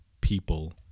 people